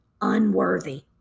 unworthy